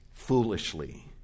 Foolishly